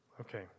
Okay